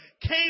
came